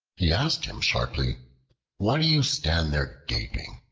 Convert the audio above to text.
he asked him sharply why do you stand there gaping?